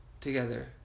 together